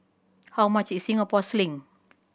how much is Singapore Sling